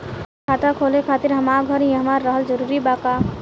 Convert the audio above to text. खाता खोले खातिर हमार घर इहवा रहल जरूरी बा का?